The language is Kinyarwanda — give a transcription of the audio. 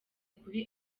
kuri